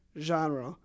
genre